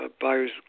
Buyer's